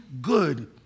good